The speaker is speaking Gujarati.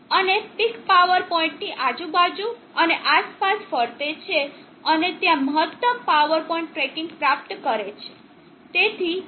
અને પીક પાવર પોઇન્ટ ની આજુબાજુ અને આસપાસ ફરતે છે અને ત્યાં મહત્તમ પાવર પોઇન્ટ ટ્રેકિંગ પ્રાપ્ત કરે છે